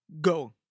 Go